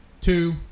two